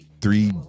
Three